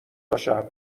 تاشب